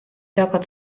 jagada